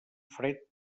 fred